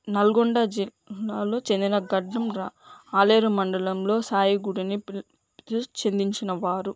నల్గొండ జిల్లా లో చెందిన గడ్డమ రా పాలేరు మండలంలో సాయిగుడని పి చెందించిన వారు